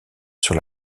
sur